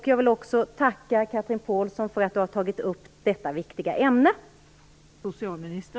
Jag vill tacka Chatrine Pålsson för att ha tagit upp detta viktiga ämne.